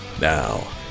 Now